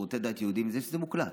לשירותי דת יהודיים, זה מוקלט.